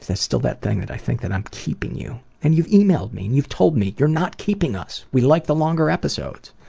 still that thing that i think that i'm keeping you, and you've emailed me and you've told me, you're not keeping us, we like the longer episodes'.